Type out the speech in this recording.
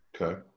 Okay